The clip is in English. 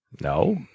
No